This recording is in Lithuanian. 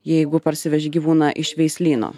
jeigu parsiveži gyvūną iš veislyno